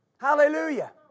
Hallelujah